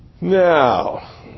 Now